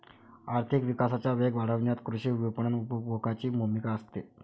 आर्थिक विकासाचा वेग वाढवण्यात कृषी विपणन उपभोगाची भूमिका असते